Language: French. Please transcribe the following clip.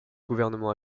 gouvernement